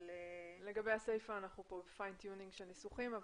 לגבי הסיפה, יהיה פיין טיונינג של ניסוחים.